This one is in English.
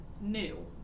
new